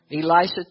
Elisha